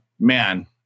man